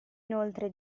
inoltre